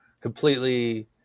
completely